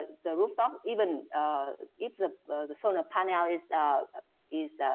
the rooftop, even if the the solar panel is ah is